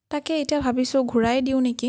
তাকে এতিয়া ভাবিছোঁ ঘূৰাই দিওঁ নেকি